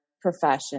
profession